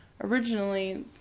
Originally